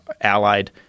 allied